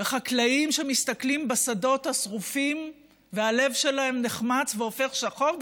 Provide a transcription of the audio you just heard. חקלאים שמסתכלים בשדות השרופים והלב שלהם נחמץ והופך שחור.